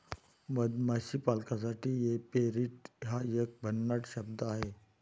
मधमाशी पालकासाठी ऍपेरिट हा एक भन्नाट शब्द आहे